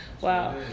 Wow